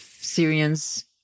Syrians